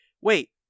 wait